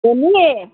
ꯎꯃꯤ